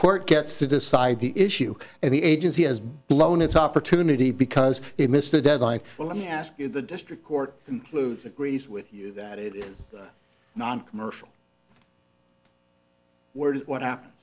court gets to decide the issue and the agency has blown its opportunity because it missed a deadline well let me ask you the district court includes agrees with you that noncommercial were what happened